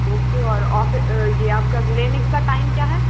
okay और ऑफ ये आपका क्लीनिक का टाइम क्या है